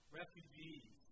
refugees